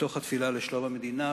מתוך התפילה לשלום המדינה,